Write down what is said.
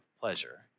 pleasure